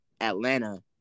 Atlanta